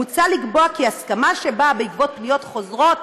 מוצע לקבוע כי הסכמה שבאה בעקבות פניות חוזרות